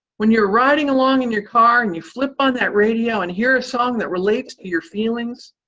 when you're riding along in your car and you flip on that radio and hear a song that relates to your feelings,